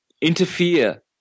interfere